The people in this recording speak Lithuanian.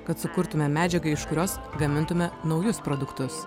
kad sukurtume medžiagą iš kurios gamintume naujus produktus